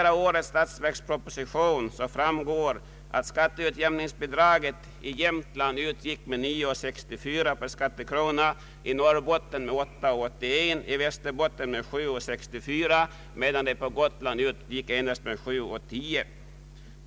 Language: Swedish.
Av årets statsverksproposition framgår att skatteutjämningsbidraget i Jämtland utgick med 9:64 kronor per skattekrona, i Norrbotten med 8:81 kronor, i Västerbotten med 7:67 kronor, medan Gotlands län fick 7: 10 kronor.